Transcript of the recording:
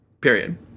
period